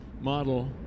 model